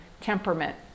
temperament